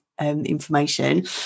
Information